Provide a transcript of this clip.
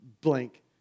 blank